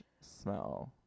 smell